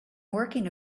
working